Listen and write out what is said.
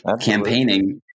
campaigning